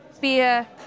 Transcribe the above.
Beer